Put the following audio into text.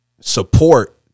support